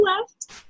left